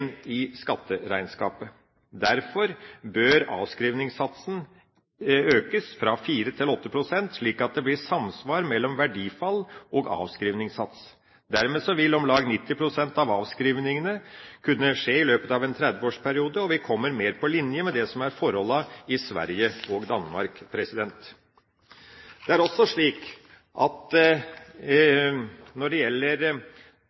i skatteregnskapet. Derfor bør avskrivningssatsen økes fra 4 til 8 pst., slik at det blir samsvar mellom verdifall og avskrivningssats. Dermed vil om lag 90 pst. av avskrivningene kunne skje i løpet av en 30-årsperiode, og vi kommer mer på linje med det som er forholdene i Sverige og Danmark. Det er også slik at